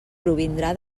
provindrà